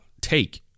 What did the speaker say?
take